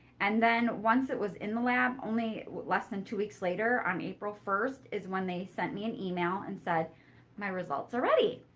and then once it was in the lab, only less than two weeks later, on april first is when they sent me an email and said my results are ready.